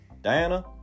Diana